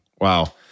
wow